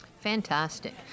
Fantastic